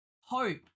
hope